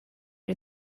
are